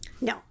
No